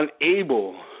unable